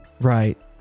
right